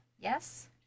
Yes